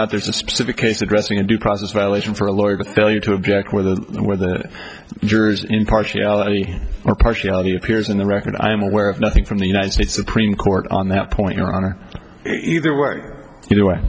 not there's a specific case addressing due process violation for a lawyer to tell you to object where the where the jurors impartiality or partiality appears in the record i am aware of nothing from the united states supreme court on that point your honor either way